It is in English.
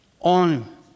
On